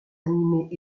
animés